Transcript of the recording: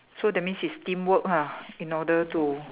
so that means it's teamwork ah in order to